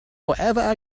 wherever